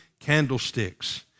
Candlesticks